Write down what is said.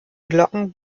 glocken